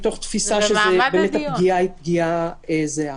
מתוך תפיסה שהפגיעה היא פגיעה זהה.